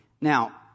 Now